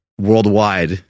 worldwide